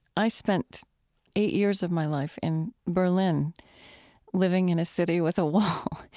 i spent eight years of my life in berlin living in a city with a wall.